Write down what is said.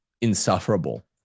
insufferable